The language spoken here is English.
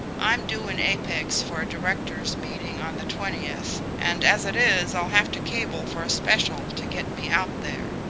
i'm due in apex for a directors' meeting on the twentieth, and as it is i'll have to cable for a special to get me out there.